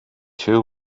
two